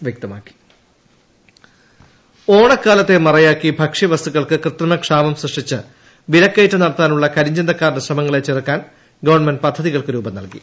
ട്ടടടടടടടടടടടട ഓണക്കിറ്റ് ഇൻട്രോ ഓണക്കാലത്തെ മറയാക്കി ഭക്ഷ്യവസ്തുക്കൾക്ക് കൃത്രിമക്ഷാമം സൃഷ്ടിച്ച് വിലക്കയറ്റം നടത്താനുള്ള കരിച്ചന്തക്കാരുടെ ശ്രമങ്ങളെ ചെറുക്കാൻ ഗവൺമെന്റ് പദ്ധതികൾക്ക് രൂപം നൽകി